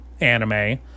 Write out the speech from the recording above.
anime